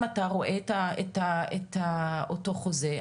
אם אתה רואה את אותו חוזה,